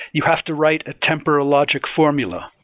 you have to write a temporal logic formula.